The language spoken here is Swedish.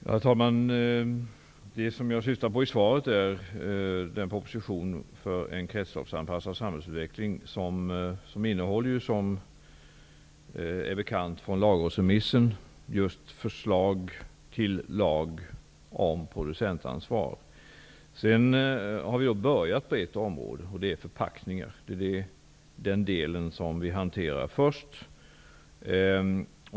Herr talman! Den proposition som jag syftar på i svaret, om en kretsloppsanpassad samhällsutveckling, innehåller som bekant från lagrådsremissen just förslag till lag om producentansvar. Vi har börjat på ett område; förpackningar. Det är den del som vi hanterar först.